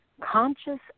conscious